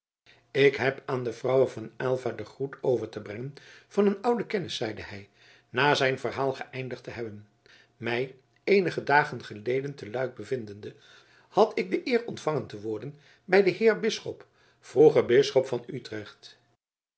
ik heb aan de vrouwe van aylva den groet over te brengen van een oude kennis zeide hij na zijn verhaal geëindigd te hebben mij eenige dagen geleden te luik bevindende had ik de eer ontvangen te worden bij den heer bisschop vroeger bisschop van utrecht